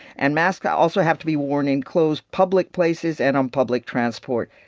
and masks also have to be worn in closed public places and on public transport.